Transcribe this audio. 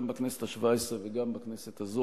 גם בכנסת השבע-עשרה וגם בכנסת הזאת,